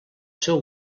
seu